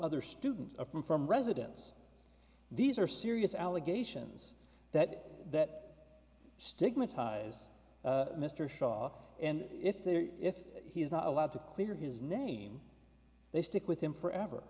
other students from from residents these are serious allegations that that stigmatize mr shaw and if there if he is not allowed to clear his name they stick with him forever